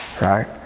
right